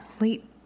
late